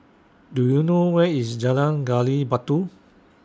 Do YOU know Where IS Jalan Gali Batu